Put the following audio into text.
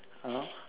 !huh!